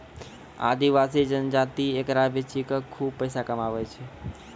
आदिवासी जनजाति एकरा बेची कॅ खूब पैसा कमाय छै